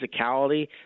physicality